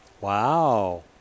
Wow